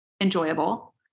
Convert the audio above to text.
enjoyable